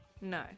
no